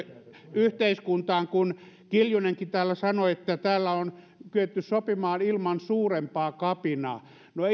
yhteiskuntaan alkavat olla ihan absurdeja kun kiljunenkin täällä sanoi että täällä on kyetty sopimaan ilman suurempaa kapinaa no